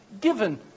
given